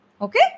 Okay